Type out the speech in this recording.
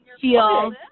feel